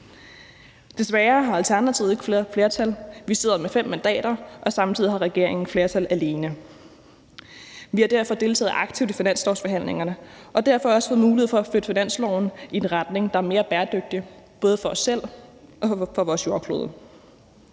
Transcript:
Desværre har Alternativet ikke flertal; vi sidder med fem mandater, og samtidig har regeringen flertal alene. Vi har derfor deltaget aktivt i finanslovsforhandlingerne og har derfor også fået mulighed for at flytte finansloven i en retning, der er mere bæredygtig, både for os selv og for vores jordklode.